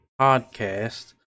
podcast